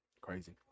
crazy